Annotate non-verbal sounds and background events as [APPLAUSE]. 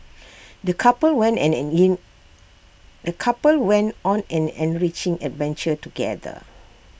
[NOISE] the couple went an an in the couple went on an enriching adventure together